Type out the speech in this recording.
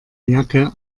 jacke